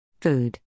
Food